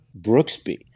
Brooksby